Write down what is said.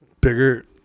bigger